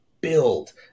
build